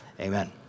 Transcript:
amen